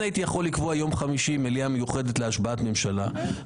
יכולתי לקבוע יום חמישי מליאה מיוחדת להשבעת ממשלה.